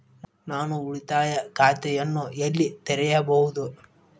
ನಾನು ಉಳಿತಾಯ ಖಾತೆಯನ್ನು ಎಲ್ಲಿ ತೆರೆಯಬಹುದು?